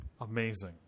Amazing